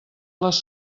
les